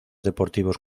deportivos